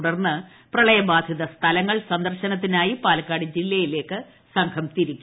തുടർന്ന് പ്രളയ ബാധിത സ്ഥലങ്ങൾ സന്ദർശനത്തിനായി പാലക്കാട് ജില്ലയിലേക്ക് സംഘം തിരിക്കും